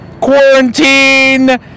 Quarantine